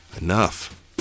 Enough